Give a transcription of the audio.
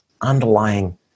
underlying